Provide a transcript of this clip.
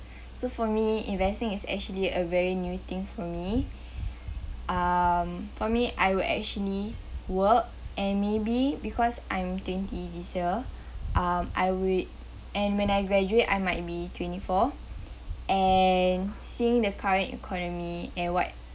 so for me investing is actually a very new thing for me um for me I will actually work and maybe because I'm twenty this year um I would and when I graduate I might be twenty-four and seeing the current economy and what